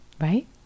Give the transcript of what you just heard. Right